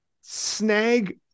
snag